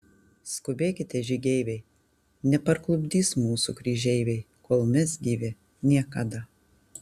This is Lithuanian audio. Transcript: skubėkite žygeiviai neparklupdys mūsų kryžeiviai kol mes gyvi niekada